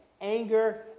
Anger